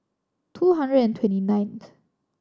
two hundred and twenty ninth